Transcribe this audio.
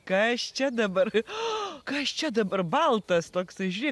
kas čia dabar o kas čia dabar baltas toksai žiūrėk